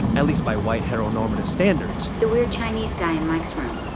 at least by white, heteronormative standards the weird chinese guy in mike's room